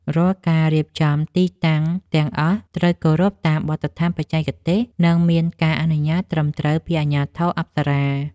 រាល់ការរៀបចំទីតាំងទាំងអស់ត្រូវគោរពតាមបទដ្ឋានបច្ចេកទេស និងមានការអនុញ្ញាតត្រឹមត្រូវពីអាជ្ញាធរអប្សរា។